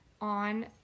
on